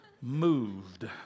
moved